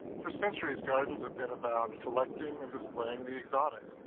for centuries gardens have been about collecting and displaying the exotic.